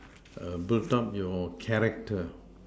build up your character